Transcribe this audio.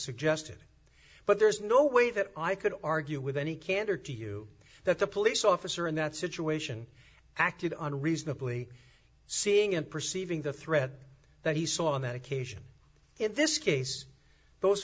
suggested but there's no way that i could argue with any candor to you that the police officer in that situation acted on reasonably seeing and perceiving the threat that he saw on that occasion in this case those